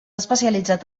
especialitzat